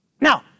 Now